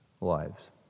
lives